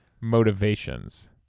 motivations